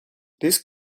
this